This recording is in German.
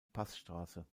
passstraße